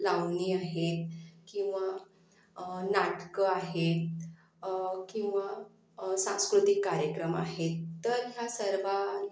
लावणी आहेत किंवा नाटकं आहेत किंवा सांस्कृतिक कार्यक्रम आहेत तर ह्या सर्वां